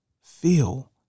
feel